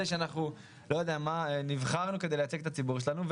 שאנחנו נבחרנו כדי לייצר את הציבור שלנו,